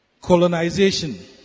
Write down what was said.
colonization